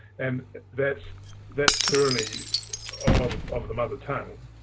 and that that tyranny of of the mother tongue